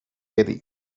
eddie